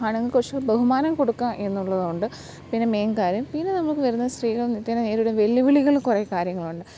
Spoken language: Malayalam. ആണുങ്ങൾക്ക് കുറച്ച് ബഹുമാനം കൊടുക്കുക എന്നുള്ളതുകൊണ്ട് പിന്നെ മെയിൻ കാര്യം പിന്നെ നമുക്ക് വരുന്നത് സ്ത്രീകൾ നിത്യേന നേരിടും വെല്ലുവിളികൾ കുറേ കാര്യങ്ങളുണ്ട്